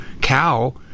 cow